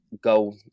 go